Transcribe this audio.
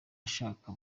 ashaka